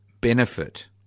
benefit